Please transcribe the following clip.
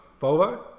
Volvo